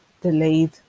delayed